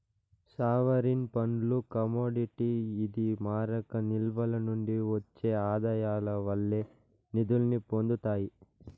sovereign ఫండ్లు commodity ఇది మారక నిల్వల నుండి ఒచ్చే ఆదాయాల వల్లే నిదుల్ని పొందతాయి